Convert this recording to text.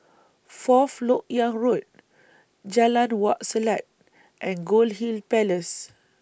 Fourth Lok Yang Road Jalan Wak Selat and Goldhill Palace